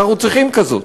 אנחנו צריכים כזאת.